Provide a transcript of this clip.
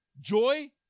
Joy